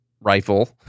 rifle